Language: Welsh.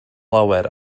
lawer